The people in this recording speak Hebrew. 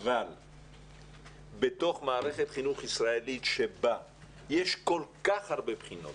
אבל בתוך מערכת חינוך שבה יש כל כך הרבה בחינות